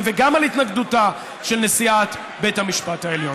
וגם על התנגדותה של נשיאת בית המשפט העליון.